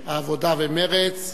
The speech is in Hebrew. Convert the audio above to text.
העבודה ומרצ,